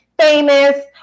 Famous